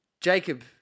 Jacob